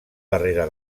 barrera